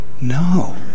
No